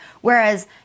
Whereas